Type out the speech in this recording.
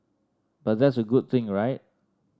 but that's a good thing right